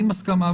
עם הסכמה,